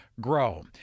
grow